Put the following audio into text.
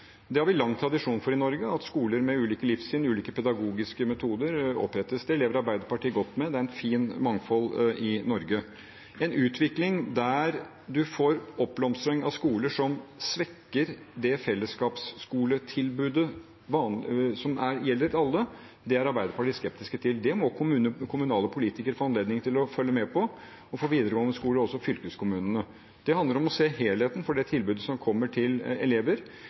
Norge har vi lang tradisjon for at skoler med ulike livssyn, ulike pedagogiske metoder, opprettes. Det lever Arbeiderpartiet godt med, det er et fint mangfold i Norge. En utvikling der man får oppblomstring av skoler som svekker fellesskapets skoletilbud – som er for alle – er Arbeiderpartiet skeptisk til. Det må kommunale politikere få anledning til å følge med på – og for videregående skoler også fylkeskommunene. Det handler om å se helheten i det tilbudet som elevene får. Hvis det er slik at videregående skoler tappes for elever